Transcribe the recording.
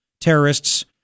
terrorists